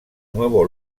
nuevo